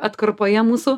atkarpoje mūsų